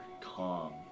calm